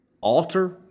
alter